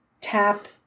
tap